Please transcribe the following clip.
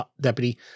deputy